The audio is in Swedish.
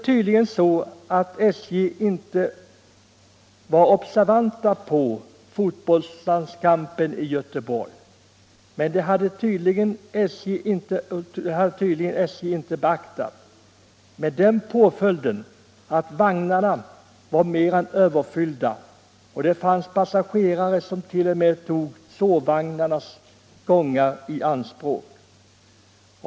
Tydligen hade man på SJ inte beaktat fotbollslandskampen i Göteborg, med den påföljden att vagnarna var mer än överfyllda. Det fanns passagerare som t.o.m. tog sovvagnarnas gångar i anspråk.